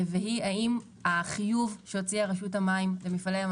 האם החיוב שהוציאה רשות המים למפעלי ים